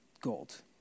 gold